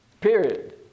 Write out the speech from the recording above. period